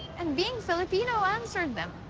and, being filipino, answered them.